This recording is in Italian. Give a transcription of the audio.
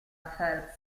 phelps